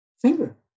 finger